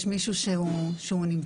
יש מישהו שהוא נמצא,